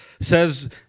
says